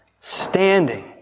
standing